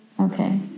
Okay